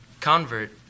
convert